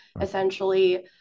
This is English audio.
essentially